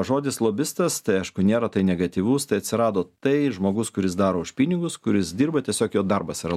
žodis lobistas tai aišku nėra tai negatyvus tai atsirado tai žmogus kuris daro už pinigus kuris dirba tiesiog jo darbas yra